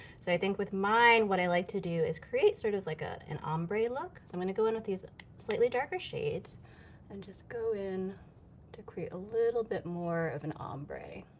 so i think with mine, what i like to do is create sort of like ah an ombre look. so i'm gonna go in with these slightly darker shades and just go in to create a little bit more of an ombre.